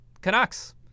Canucks